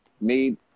made